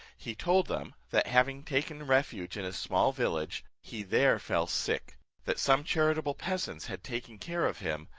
he told them, that having taken refuge in a small village, he there fell sick that some charitable peasants had taken care of him,